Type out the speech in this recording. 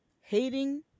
Hating